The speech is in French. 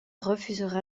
refusera